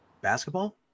Basketball